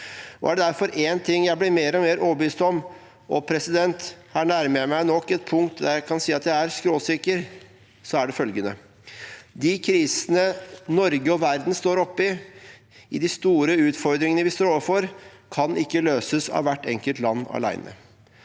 Er det derfor en ting jeg blir mer og mer overbevist om – og her nærmer jeg meg nok et punkt hvor jeg kan si at jeg er skråsikker – så er det følgende: De krisene Norge og verden står i, de store utfordringene vi står overfor, kan ikke løses av hvert enkelt land alene.